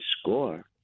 score